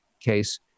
case